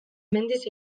mendiz